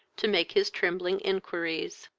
to make his trembling inquiries.